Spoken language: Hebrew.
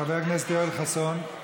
חבר הכנסת יואל חסון,